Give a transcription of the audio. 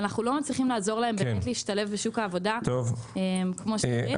אבל אנחנו לא מצליחים לעזור להם באמת להשתלב בשוק העבודה כמו שצריך.